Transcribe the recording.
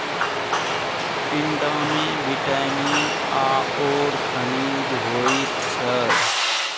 टिंडामे विटामिन आओर खनिज होइत छै